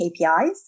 KPIs